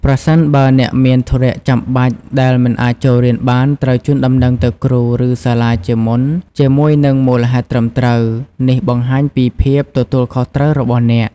ប្រសិនបើអ្នកមានធុរៈចាំបាច់ដែលមិនអាចចូលរៀនបាន ត្រូវជូនដំណឹងទៅគ្រូ ឬសាលាជាមុនជាមួយនឹងមូលហេតុត្រឹមត្រូវ។ នេះបង្ហាញពីភាពទទួលខុសត្រូវរបស់អ្នក។